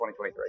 2023